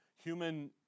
human